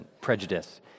prejudice